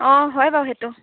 অঁ হয় বাৰু সেইটো